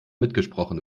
mitgesprochen